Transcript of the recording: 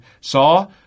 saw